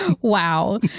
wow